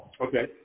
okay